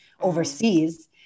overseas